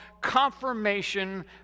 confirmation